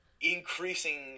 increasing